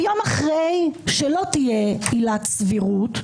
יום אחרי שלא תהיה עילת סבירות,